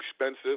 expensive